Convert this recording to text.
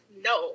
no